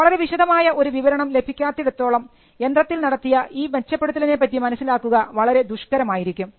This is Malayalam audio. വളരെ വിശദമായ ഒരു വിവരണം ലഭിക്കാത്തിടത്തോളം യന്ത്രത്തിൽ നടത്തിയ ഈ മെച്ചപ്പെടുത്തലിനെപറ്റി മനസ്സിലാക്കുക വളരെ ദുഷ്കരമായിരിക്കും